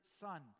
son